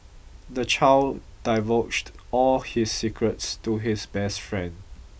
the child divulged all his secrets to his best friend